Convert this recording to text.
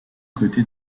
côté